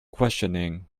questioning